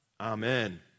Amen